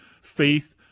faith